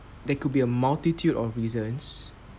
there could be a multitude of reasons